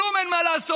כלום אין מה לעשות.